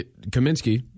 Kaminsky